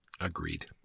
Agreed